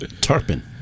Tarpon